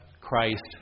Christ